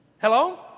Hello